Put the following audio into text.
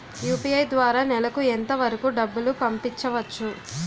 UPI ద్వారా నెలకు ఎంత వరకూ డబ్బులు పంపించవచ్చు?